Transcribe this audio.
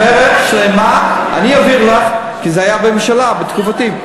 זה היה בתקופתי.